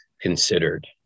considered